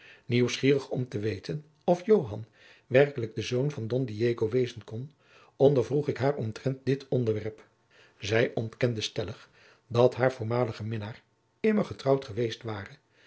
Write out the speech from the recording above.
nieuwsgierig om te weten of joan werkelijk de zoon van don diego wezen kon ondervroeg ik haar omtrent dit onderwerp zij ontkende stellig dat haar voormalige minnaar immer getrouwd geweest ware